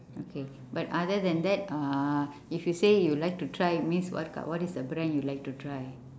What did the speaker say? okay but other than that uh if you say you like to try means what is the brand you like to try